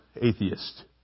atheist